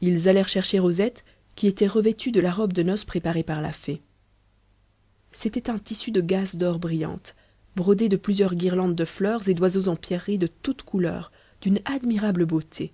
ils allèrent chercher rosette qui était revêtue de la robe de noce préparée par la fée c'était un tissu de gaze d'or brillante brodée de plusieurs guirlandes de fleurs et d'oiseaux en pierreries de toutes couleurs d'une admirable beauté